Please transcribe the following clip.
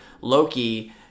Loki